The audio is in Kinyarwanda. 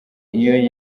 iyo